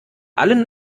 allen